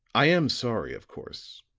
i am sorry, of course,